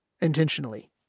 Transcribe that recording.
intentionally